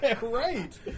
Right